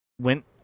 Went